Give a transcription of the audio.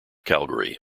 calgary